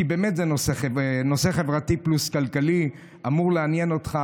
כי זה באמת נושא חברתי פלוס כלכלי ואמור לעניין אותך,